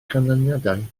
canlyniadau